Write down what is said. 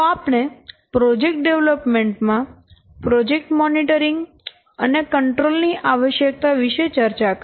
તો આપણે project development માં પ્રોજેક્ટ મોનીટરીંગ અને કન્ટ્રોલ ની આવશ્યકતા વિશે ચર્ચા કરી